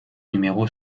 numéro